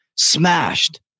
smashed